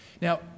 Now